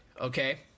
okay